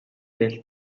del